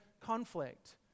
conflict